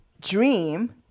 dream